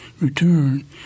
Return